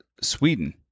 Sweden